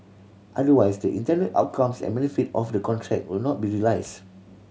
otherwise the intended outcomes and benefit of the contract would not be realised